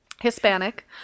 hispanic